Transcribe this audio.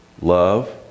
love